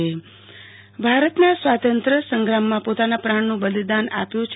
આરતી ભટ શહિદ દીન ભારતના સ્વાતંત્રય સંગ્રામમાં પોતાના પ્રાણનું બલીદાન આપ્યું છ